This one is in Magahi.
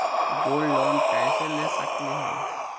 गोल्ड लोन कैसे ले सकली हे?